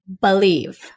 Believe